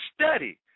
study